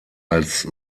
als